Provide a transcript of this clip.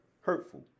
hurtful